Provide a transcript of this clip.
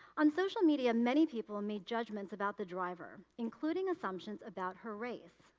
on social media, many people make judgments about the driver, including assumptions about her race,